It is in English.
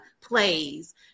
plays